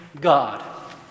God